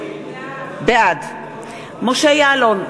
בעד משה יעלון,